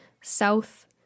south